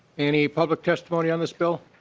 any public testimony on this bill?